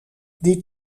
die